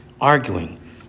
arguing